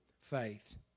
faith